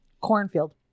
Cornfield